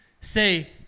Say